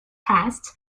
tests